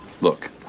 Look